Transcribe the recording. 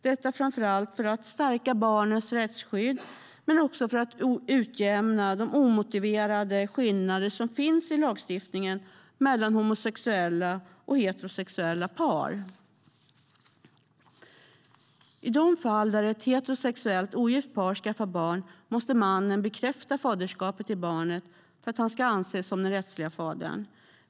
Detta vill vi framför allt för att stärka barnets rättsliga skydd men också för att utjämna de omotiverade skillnader som finns i lagstiftningen mellan homosexuella och heterosexuella par. I de fall ett heterosexuellt ogift par skaffar barn måste mannen bekräfta sitt faderskap till barnet för att han ska anses som den rättsliga fadern.